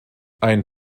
ein